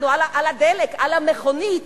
על המכונית,